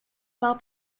well